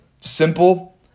simple